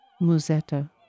Musetta